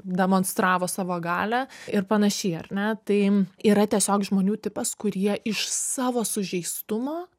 demonstravo savo galią ir panašiai ar ne tai yra tiesiog žmonių tipas kurie iš savo sužeistumo